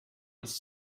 ist